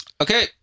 Okay